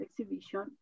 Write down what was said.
exhibition